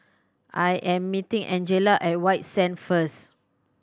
I am meeting Angela at White Sands first